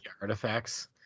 artifacts